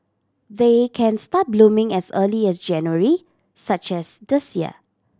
they can start blooming as early as January such as this year